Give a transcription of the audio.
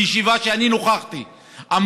בישיבה שאני נכחתי בה,